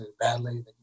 badly